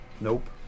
Nope